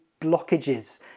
blockages